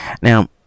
Now